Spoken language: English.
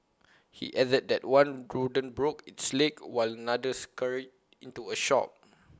he added that one rodent broke its leg while another scurried into A shop